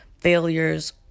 failures